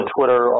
Twitter